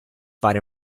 fare